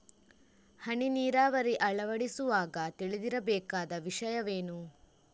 ಹನಿ ನೀರಾವರಿ ಅಳವಡಿಸುವಾಗ ತಿಳಿದಿರಬೇಕಾದ ವಿಷಯವೇನು?